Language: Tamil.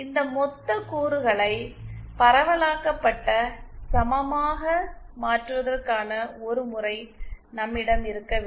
இந்த மொத்த கூறுகளை பரவலாக்கப்பட்ட சமமாக மாற்றுவதற்கான ஒரு முறை நம்மிடம் இருக்க வேண்டும்